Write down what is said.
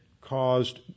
caused